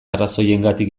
arrazoiengatik